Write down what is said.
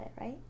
right